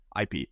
IP